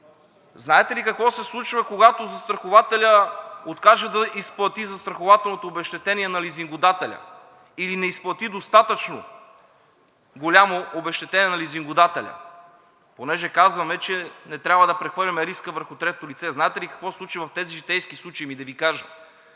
Знаете ли какво се случва, когато застрахователят откаже да изплати застрахователното обезщетение на лизингодателя, или не изплати достатъчно голямо обезщетение на лизингодателя? Понеже казваме, че не трябва да прехвърляме риска върху трето лице, знаете ли какво се случи в тези житейски случаи? Ами да Ви кажа.